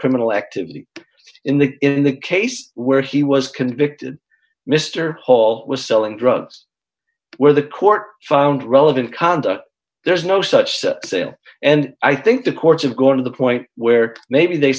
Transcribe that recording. criminal activity in the in the case where he was convicted mr hall was selling drugs where the court found relevant conduct there's no such sale and i think the courts have gone to the point where maybe they